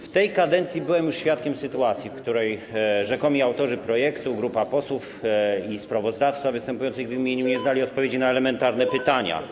W tej kadencji byłem już świadkiem sytuacji, w której rzekomi autorzy projektu, grupa posłów, i sprawozdawca występujący w ich imieniu nie znali odpowiedzi na elementarne pytania.